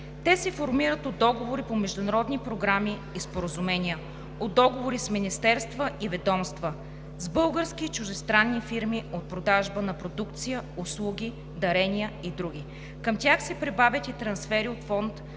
Те се формират от договори по международни програми и споразумения, от договори с министерства и ведомства, с български и чуждестранни фирми, от продажба на продукция, услуги, дарения и други. Към тях се прибавят и трансфери от Фонд